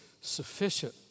sufficient